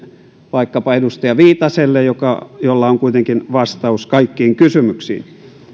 vaikkapa edustaja viitaselle jolla on kuitenkin vastaus kaikkiin kysymyksiin